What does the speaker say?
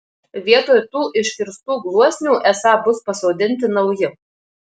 vietoj tų iškirstų gluosnių esą bus pasodinti nauji